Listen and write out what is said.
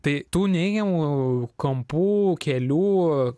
tai tų neigiamų kampų kelių